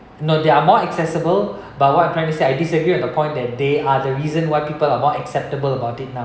no they are more accessible but what I'm trying to say I disagree on the point that they are the reason why people are more acceptable about it now